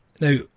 now